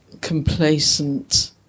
complacent